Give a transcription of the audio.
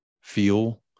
feel